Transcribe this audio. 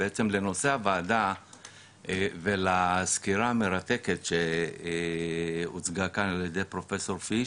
לנושא הוועדה ולסקירה המרתקת שהוצגה כאן על ידי פרופסור פיש,